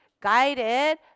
guided